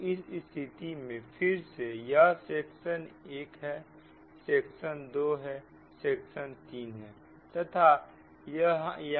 तो इस स्थिति में फिर से यह सेक्शन 1 सेक्शन 2 सेक्शन 3 है